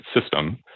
system